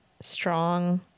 Strong